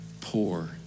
poor